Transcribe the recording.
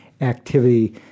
activity